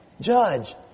judge